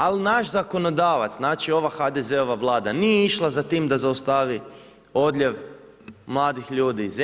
Ali naš zakonodavac, znači ova HDZ-ova Vlada nije išla za tim da zaustavi odljev mladih ljudi iz zemlje.